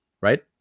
right